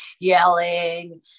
yelling